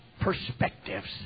perspectives